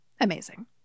Amazing